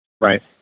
Right